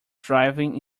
driving